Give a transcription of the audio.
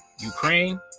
Ukraine